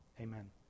amen